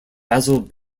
basil